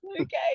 Okay